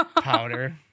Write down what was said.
powder